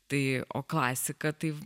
tai o klasika tai